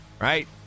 right